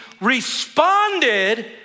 responded